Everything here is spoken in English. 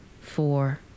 four